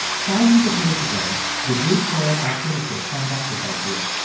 thousands of years ago, the greek poet archilochus summed up this idea.